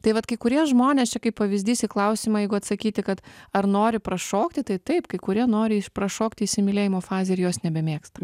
tai vat kai kurie žmonės čia kaip pavyzdys į klausimą jeigu atsakyti kad ar nori prašokti tai taip kai kurie nori prašokti įsimylėjimo fazę ir jos nebemėgsta